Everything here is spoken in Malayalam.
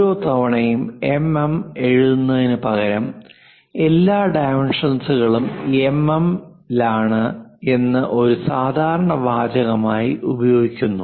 ഓരോ തവണയും എംഎം എഴുതുന്നതിനുപകരം എല്ലാ ഡൈമെൻഷൻസ്കളും എംഎം ലാണ് എന്ന് ഒരു സാധാരണ വാചകമായി ഉപയോഗിക്കുന്നു